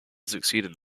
succeeded